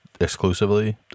exclusively